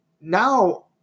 now